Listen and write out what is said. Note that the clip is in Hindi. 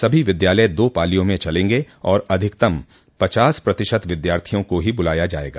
सभी विद्यालय दो पालियों में चलेंगे और अधिकतम पचास प्रतिशत विद्यार्थियों को ही बुलाया जायेगा